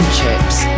chips